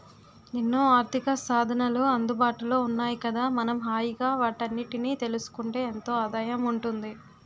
ఎన్నో ఆర్థికసాధనాలు అందుబాటులో ఉన్నాయి కదా మనం హాయిగా వాటన్నిటినీ తెలుసుకుంటే ఎంతో ఆదాయం ఉంటుంది